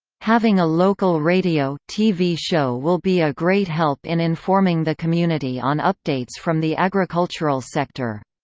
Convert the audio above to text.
having a local radio tv show will be a great help in informing the community on updates from the agricultural sector.